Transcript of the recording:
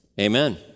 Amen